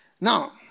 Now